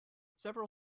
several